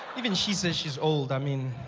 even she says she is old, i mean.